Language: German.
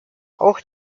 auch